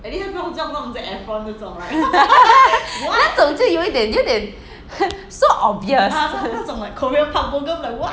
那种就有一点有一点 so obvious